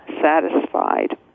satisfied